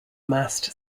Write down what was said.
mast